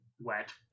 wet